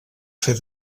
fer